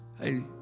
Hey